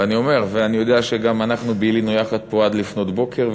אני יודע שאנחנו בילינו יחד פה עד לפנות בוקר,